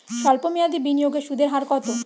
সল্প মেয়াদি বিনিয়োগের সুদের হার কত?